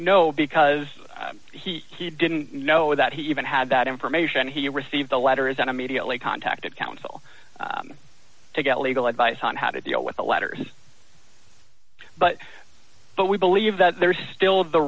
know because he he didn't know that he even had that information he received a letter isn't immediately contacted council to get legal advice on how to deal with the letters but but we believe that there's still the